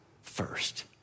first